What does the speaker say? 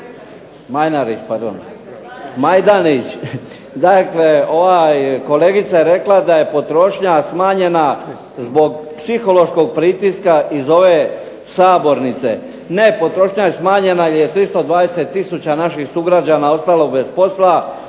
Drugo, kolegica Majdenić je rekla da je potrošnja smanjena zbog psihološkog pritiska iz ove sabornice. Ne, potrošnja je smanjena jer se išlo 20 tisuća naših sugrađana ostalo bez posla,